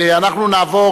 אנחנו נעבור,